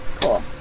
cool